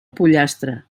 pollastre